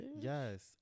yes